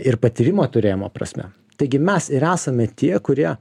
ir patyrimo turėjimo prasme taigi mes ir esame tie kurie